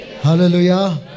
Hallelujah